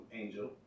Angel